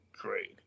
trade